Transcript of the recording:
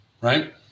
right